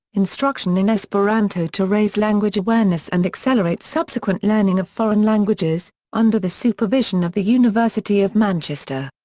instruction in esperanto to raise language awareness and accelerate subsequent learning of foreign languages under the supervision of the university of manchester.